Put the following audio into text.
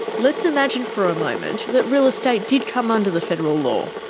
let's imagine for a moment that real estate did come under the federal law.